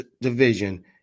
division